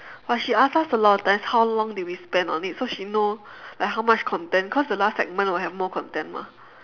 but she ask us a lot time how long did we spend on it so she know like how much content cause the last segment will have more content mah